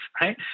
right